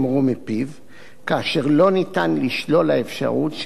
כאשר לא ניתן לשלול האפשרות שלפיה קיים